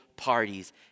parties